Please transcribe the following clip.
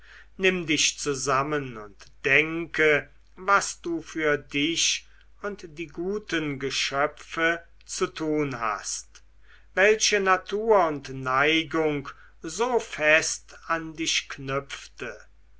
nimm dich zusammen und denke was du für dich und die guten geschöpfe zu tun hast welche natur und neigung so fest an dich knüpfte